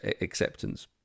acceptance